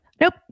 Nope